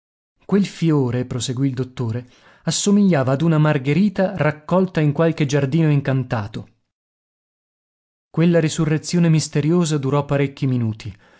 quel fiore proseguì il dottore assomigliava ad una margherita raccolta in qualche giardino incantato quella risurrezione misteriosa durò parecchi minuti